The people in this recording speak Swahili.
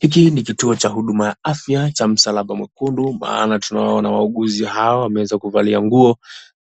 Hiki ni kituo cha huduma wa afya cha msalaba mwekundu maana tunaona wauguzi hawa wameweza kuvalia nguo